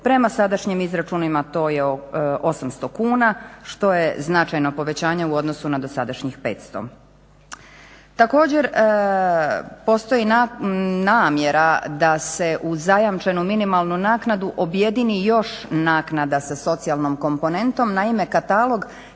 Prema sadašnjim izračunima to je 800 kuna što je značajno povećanju u odnosu na dosadašnjih 500. Također postoji namjera da se u zajamčenu minimalnu naknadu objedini još naknada sa socijalnom komponentom. Naime katalog svih